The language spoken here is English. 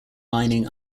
lining